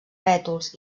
rètols